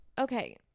Okay